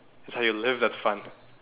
it's how you live that's fun